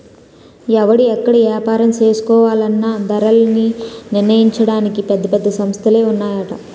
ఎవడు ఎక్కడ ఏపారం చేసుకోవాలన్నా ధరలన్నీ నిర్ణయించడానికి పెద్ద పెద్ద సంస్థలే ఉన్నాయట